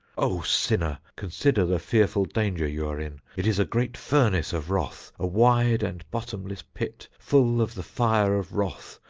o sinner! consider the fearful danger you are in it is a great furnace of wrath, a wide and bottomless pit, full of the fire of wrath,